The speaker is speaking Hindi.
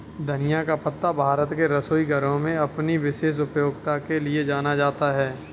धनिया का पत्ता भारत के रसोई घरों में अपनी विशेष उपयोगिता के लिए जाना जाता है